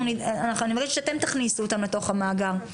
אני מבקשת שאתם תכניסו אותם לתוך המאגר,